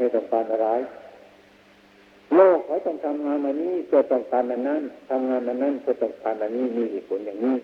ไม่ต้องการอะไร โลกเขาต้องทำงานอันนี้เพื่อต้องการอันนั้น ทำงานอันนั้นเพื่อต้องการอันนี้ มีเหตุผลอย่างนี้